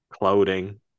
clothing